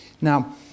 Now